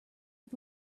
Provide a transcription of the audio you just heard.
had